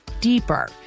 deeper